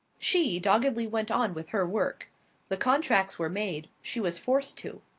she doggedly went on with her work the contracts were made she was forced to.